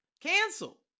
cancel